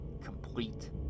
Complete